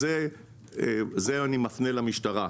זה אני מפנה למשטרה.